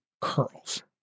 curls